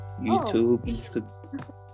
youtube